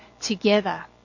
together